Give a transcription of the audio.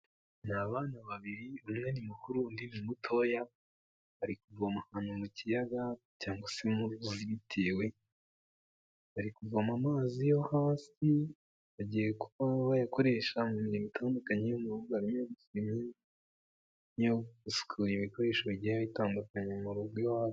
Ni abana babiri umwe ni mukuru undi ni mutoya, bari kuvoma ahantu mu kiyaga cyangwa se mu ruzi bitewe, bari kuvoma amazi yo hasi bagiye kuba bayakoresha mu mirimo itandukanye yo mu rugo , harimo gusukura ibikoresho bigiye bitandukanye mu rugo iwabo.